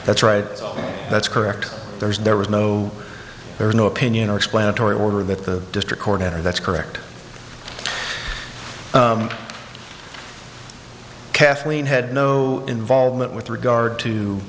that's right that's correct there was there was no there's no opinion or explanatory order that the district court or that's correct kathleen had no involvement with regard to